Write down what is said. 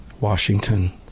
Washington